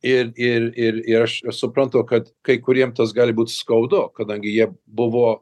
ir ir ir ir aš suprantu kad kai kuriem tas gali būt skaudu kadangi jie buvo